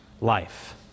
life